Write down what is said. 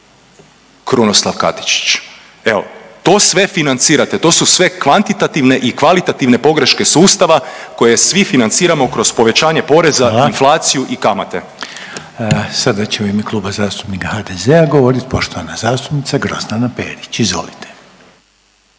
Krunoslav Katičić. Evo to sve financirate, to su sve kvantitativne i kvalitativne pogreške sustava koje svi financiramo kroz povećanje poreza…/Upadica Reiner: Hvala/…inflaciju i kamate. **Reiner, Željko (HDZ)** Sada će u ime Kluba zastupnika HDZ-a govorit poštovana zastupnica Grozdana Perić, izvolite.